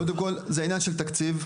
קודם כל זה ענין של תקציב,